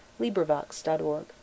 LibriVox.org